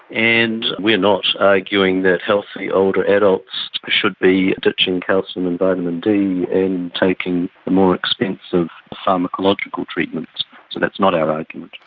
and we are not arguing that healthy older adults should be ditching calcium and vitamin d and taking the more expensive pharmacological treatments, so that's not our argument.